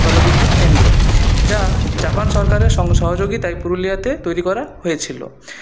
জলবিদ্যুৎ কেন্দ্র যা জাপান সরকারের সহযোগিতায় পুরুলিয়াতে তৈরি করা হয়েছিল